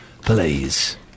please